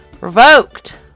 Revoked